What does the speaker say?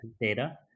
data